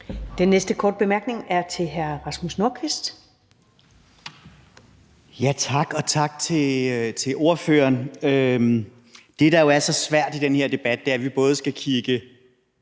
Den næste korte bemærkning er fra hr. Rasmus Nordqvist. Kl. 13:49 Rasmus Nordqvist (SF): Tak, og tak til ordføreren. Det, der jo er så svært i den her debat, er, at vi både skal kigge